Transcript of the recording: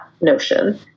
notion